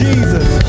Jesus